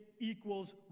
equals